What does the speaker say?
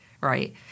right